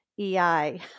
EI